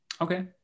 Okay